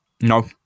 no